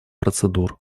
процедур